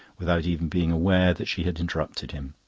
without even being aware that she had interrupted him.